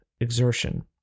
exertion